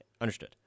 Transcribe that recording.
understood